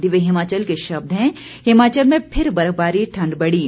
दिव्य हिमाचल के शब्द हैं हिमाचल में फिर बर्फबारी ठंड बढ़ी